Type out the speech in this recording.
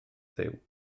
dduw